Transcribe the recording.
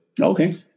Okay